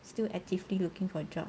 still actively looking for a job